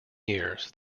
years